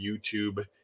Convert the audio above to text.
YouTube